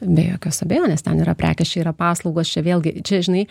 be jokios abejonės ten yra prekės čia yra paslaugos čia vėlgi čia žinai